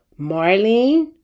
Marlene